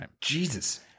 Jesus